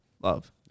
Love